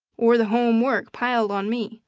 or the home work piled on me.